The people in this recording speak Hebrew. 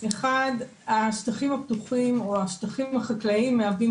אחד השטחים הפתוחים או השטחים החקלאים מהווים